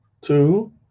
two